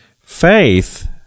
faith